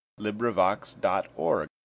LibriVox.org